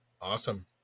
awesome